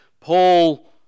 Paul